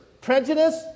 prejudice